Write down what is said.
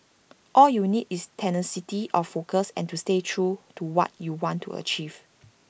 all you need is tenacity of focus and to stay true to what you want to achieve